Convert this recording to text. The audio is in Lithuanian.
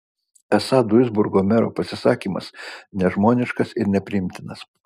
esą duisburgo mero pasisakymas nežmoniškas ir nepriimtinas